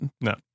No